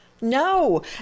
No